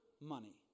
money